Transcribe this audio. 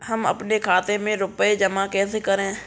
हम अपने खाते में रुपए जमा कैसे करें?